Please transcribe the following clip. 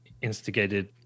instigated